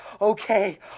Okay